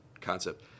concept